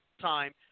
time